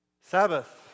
Sabbath